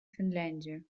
финляндию